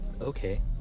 Okay